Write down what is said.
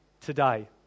today